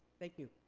thank you.